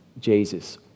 Jesus